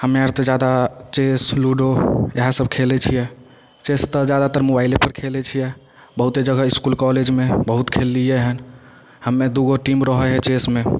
हम्मे आर तऽ जादा चेस लूडो इएह सब खेलै छियै चेस तऽ जादातर मोबाइले पर खेलै छियै बहुते जगह इसकुल कॉलेजमे बहुत खेललियै हँ हम्मे दूगो टीम रहै हइ चेसमे